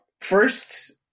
first